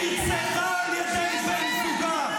נרצחה על ידי בן זוגה.